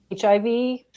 HIV